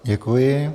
Děkuji.